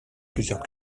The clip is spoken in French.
plusieurs